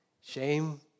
Shame